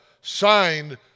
signed